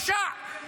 הלוואי שזה היה הכלל.